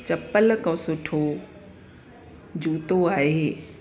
चप्पल खां सुठो जूतो आहे